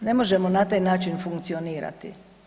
Ne možemo na taj način funkcionirati.